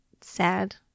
sad